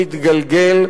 מתגלגל,